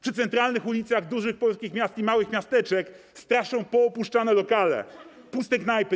Przy centralnych ulicach dużych polskich miast i małych miasteczek straszą poopuszczane lokale, puste knajpy.